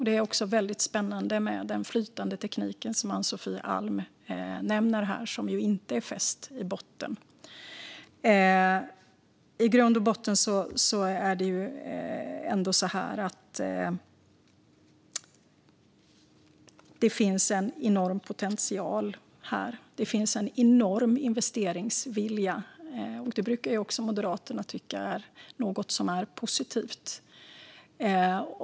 Det är väldigt spännande med den flytande tekniken, som Ann-Sofie Alm nämner här och som ju inte är fäst i botten. I grund och botten finns det en enorm potential här. Det finns en enorm investeringsvilja, och det brukar ju också Moderaterna tycka är något som är positivt.